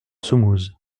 semouse